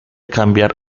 cambiar